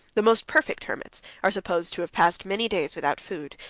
the most perfect hermits are supposed to have passed many days without food,